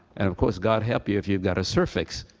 and of course, god help you if you've got a suffix,